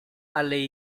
alle